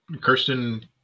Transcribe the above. kirsten